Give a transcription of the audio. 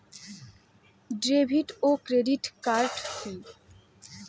David ও credit card কি?